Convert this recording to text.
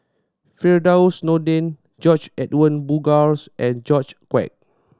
Firdaus Nordin George Edwin Bogaars and George Quek